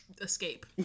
escape